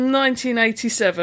1987